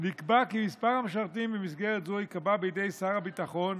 נקבע כי מספר המשרתים במסגרת זו ייקבע בידי שר הביטחון,